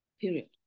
Period